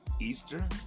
Easter